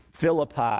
Philippi